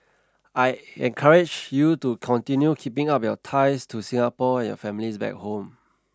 I encourage you to continue keeping up your ties to Singapore and your families back home